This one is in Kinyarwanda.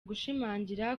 gushimangira